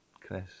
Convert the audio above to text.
Chris